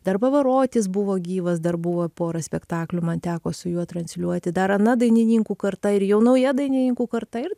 dar pavarotis buvo gyvas dar buvo pora spektaklių man teko su juo transliuoti dar ana dainininkų karta ir jau nauja dainininkų karta ir